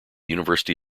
university